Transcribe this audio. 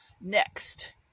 Next